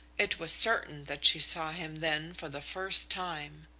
it was certain that she saw him then for the first time.